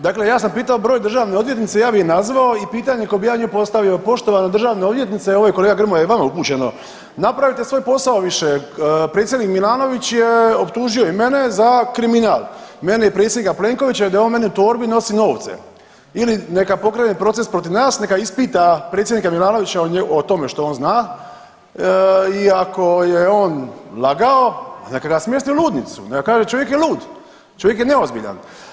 Dakle, ja sam pitao broj državne odvjetnice, ja bi je nazvao i pitanje koje bi ja njoj postavio, poštovana državna odvjetnice, ovo je kolega Grmoja i vama upućeno, napravite svoj posao više, predsjednik Milanović je optužio i mene za kriminal, mene i predsjednika Plenkovića da on meni u torbi nosi novce ili neka pokrene proces protiv nas, neka ispita predsjednika Milanovića o tome što on zna i ako je on lagao neka ga smjesti u ludnicu, neka kaže čovjek je lud, čovjek je neozbiljan.